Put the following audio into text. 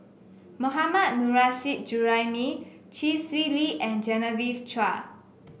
Mohammad Nurrasyid Juraimi Chee Swee Lee and Genevieve Chua